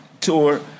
tour